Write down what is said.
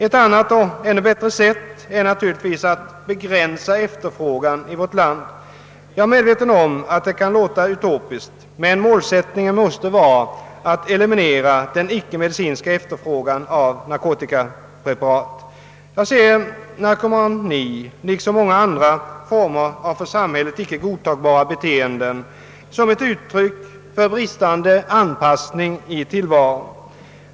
Ett annat och ännu bättre sätt är att begränsa efterfrågan i vårt land. Jag är medveten om att det kan låta utopiskt, men målsättningen måste vara att eliminera den icke-medicinska efterfrågan av narkotiska preparat. Jag ser narkomanin, liksom många andra former av i samhället icke godtagbara beteenden, som ett uttryck för bristande anpassning i tillvaron.